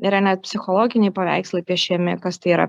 yra net psichologiniai paveikslai piešiami kas tai yra